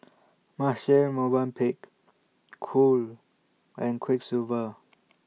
Marche Movenpick Cool and Quiksilver